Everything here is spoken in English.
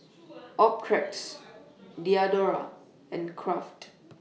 Optrex Diadora and Kraft